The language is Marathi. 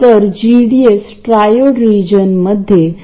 आणि त्याच वेळी ac साठी सिग्नल सोर्स सोबत देखील कनेक्ट केले जावे